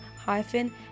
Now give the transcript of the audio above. hyphen